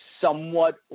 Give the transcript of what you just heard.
somewhat